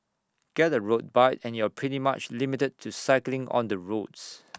get A road bike and you're pretty much limited to cycling on the roads